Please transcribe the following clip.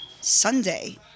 Sunday